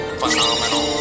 phenomenal